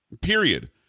Period